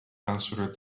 answered